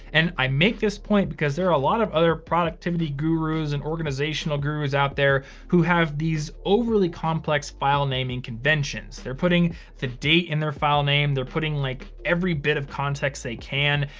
and i make this point because there are a lot of other productivity gurus and organizational gurus out there who have these overly complex file naming conventions. they're putting the date in their file name, they're putting, like every bit of context they can.